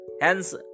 Hence